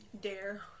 dare